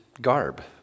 garb